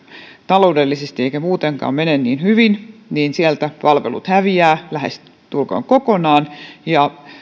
taloudellisesti eikä muutenkaan mene niin hyvin palvelut häviävät lähestulkoon kokonaan